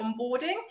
onboarding